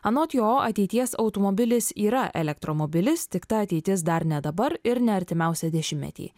anot jo ateities automobilis yra elektromobilis tik ta ateitis dar ne dabar ir ne artimiausią dešimtmetį